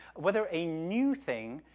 whether a new thing,